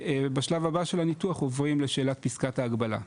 בשלב הבא של הניתוח עוברים לשאלת פסקת ההגבלה.